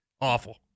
Awful